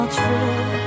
true